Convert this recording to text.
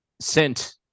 sent